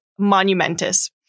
monumentous